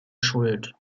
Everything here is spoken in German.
schuld